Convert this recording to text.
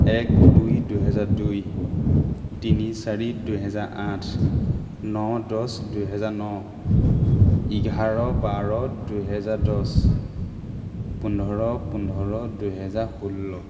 এক দুই দুহেজাৰ দুই তিনি চাৰি দুহেজাৰ আঠ ন দহ দুহেজাৰ ন এঘাৰ বাৰ দুহেজাৰ দহ পোন্ধৰ পোন্ধৰ দুহেজাৰ ষোল্ল